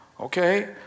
Okay